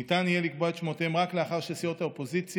ניתן יהיה לקבוע את שמותיהם רק לאחר שסיעות האופוזיציה